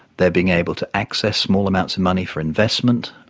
they are being able to access small amounts of money for investment,